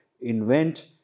invent